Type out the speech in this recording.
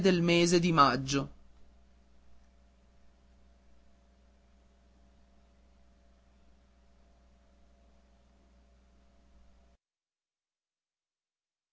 il mese di maggio